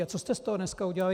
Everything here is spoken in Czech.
A co jste z toho dneska udělali?